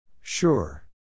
Sure